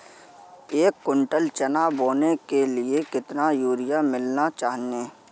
एक कुंटल चना बोने के लिए कितना यूरिया मिलाना चाहिये?